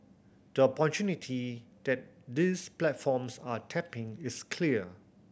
the opportunity that these platforms are tapping is clear